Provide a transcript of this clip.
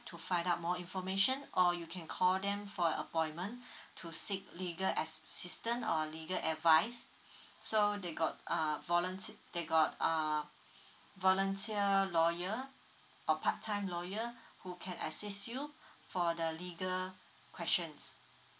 to find out more information or you can call them for a appointment to seek legal assistant on legal advice so they got uh volunteer they got uh volunteer lawyer or part time lawyer who can assist you for the legal questions